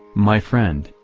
my friend,